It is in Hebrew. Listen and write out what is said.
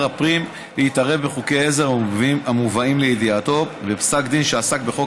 הפנים להתערב בחוקי העזר המובאים לידיעתו בפסק הדין שעסק בחוק